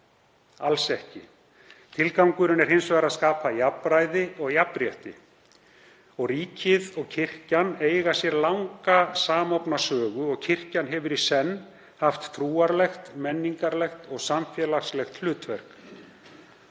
alls ekki. Tilgangurinn er hins vegar að skapa jafnræði og jafnrétti. Ríkið og kirkjan eiga sér langa samofna sögu og kirkjan hefur í senn haft trúarlegt, menningarlegt og samfélagslegt hlutverk.